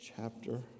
chapter